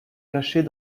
cachait